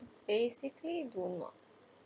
basically do not